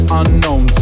unknown